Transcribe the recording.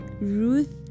Ruth